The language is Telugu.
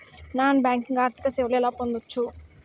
నాన్ బ్యాంకింగ్ ఆర్థిక సేవలు ఎలా పొందొచ్చు?